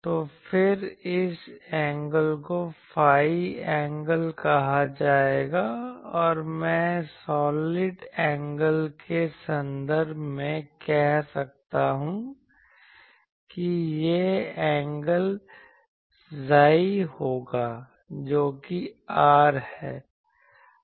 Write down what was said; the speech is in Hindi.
तो फिर इस एंगल को ϕ एंगल कहा जाएगा और मैं सॉलिड एंगल के संदर्भ में कह सकता हूं कि यह एंगल ψ होगा जोकि r' है